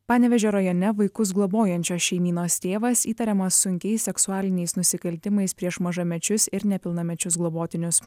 panevėžio rajone vaikus globojančios šeimynos tėvas įtariamas sunkiais seksualiniais nusikaltimais prieš mažamečius ir nepilnamečius globotinius